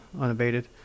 unabated